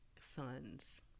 sons